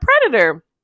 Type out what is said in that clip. predator